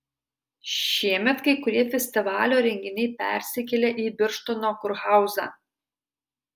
šiemet kai kurie festivalio renginiai persikėlė į birštono kurhauzą